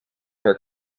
her